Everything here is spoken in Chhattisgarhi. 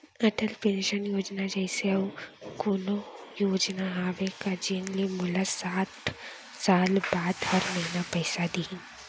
अटल पेंशन योजना जइसे अऊ कोनो योजना हावे का जेन ले मोला साठ साल बाद हर महीना पइसा दिही?